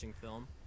film